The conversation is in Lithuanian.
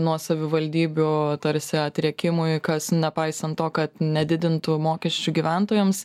nuo savivaldybių tarsi atriekimui kas nepaisant to kad nedidintų mokesčių gyventojams